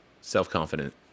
self-confident